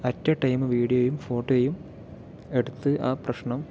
at a time വീഡിയോയും ഫോട്ടോയും എടുത്ത് ആ പ്രശ്നം